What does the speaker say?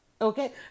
Okay